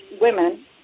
women